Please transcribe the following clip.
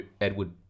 Edward